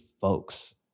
folks